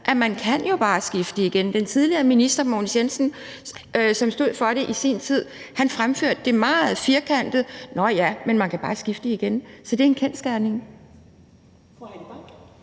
at man bare kan skifte det igen. Den tidligere minister Mogens Jensen, som stod for det i sin tid, fremførte det meget firkantet: Nå, ja, men man kan bare skifte det igen. Så det er en kendsgerning.